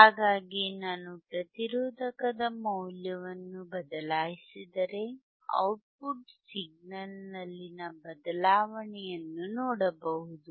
ಹಾಗಾಗಿ ನಾನು ಪ್ರತಿರೋಧಕದ ಮೌಲ್ಯವನ್ನು ಬದಲಾಯಿಸಿದರೆ ಔಟ್ಪುಟ್ ಸಿಗ್ನಲ್ನಲ್ಲಿನ ಬದಲಾವಣೆಯನ್ನು ನೋಡಬಹುದು